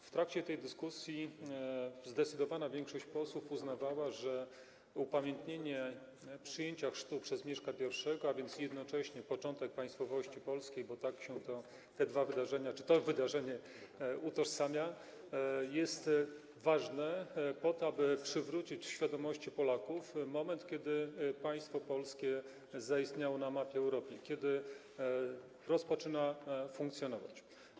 W trakcie tej dyskusji zdecydowana większość posłów uznawała, że upamiętnienie przyjęcia chrztu przez Mieszka I, a więc jednocześnie początku państwowości polskiej, bo te dwa wydarzenia czy to wydarzenie się utożsamia, jest ważne, aby przywrócić w świadomości Polaków moment, kiedy państwo polskie zaistniało na mapie Europy, kiedy rozpoczynało funkcjonowanie.